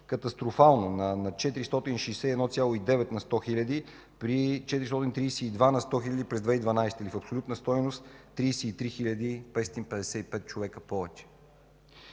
катастрофално – 461,9 на 100 хил., при 432 на 100 хил. през 2012 г. В абсолютна стойност – 33 хил. 555 човека повече,